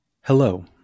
Hello